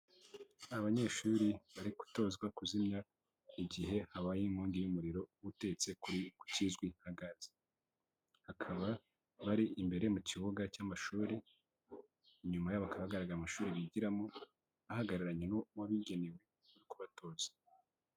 Abanyeshuri bari gutozwa kuzimya igihe habaye inkongi y'umuriro utetse kuri ku kizwi nka gaze, bakaba bari imbere mu kibuga cy'amashuri, inyuma hagararaga amashuri bigiramo, bahagararanye n'uwabigenewe bari kubatoza.